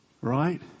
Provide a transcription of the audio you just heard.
Right